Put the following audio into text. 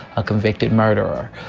a convicted murderer.